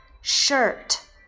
shirt